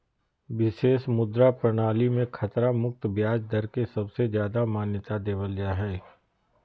विशेष मुद्रा प्रणाली मे खतरा मुक्त ब्याज दर के सबसे ज्यादा मान्यता देवल जा हय